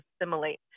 assimilate